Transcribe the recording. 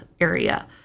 area